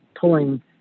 pulling